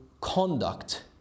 conduct